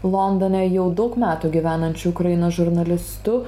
londone jau daug metų gyvenančiu ukrainos žurnalistu